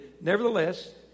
Nevertheless